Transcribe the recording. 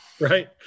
Right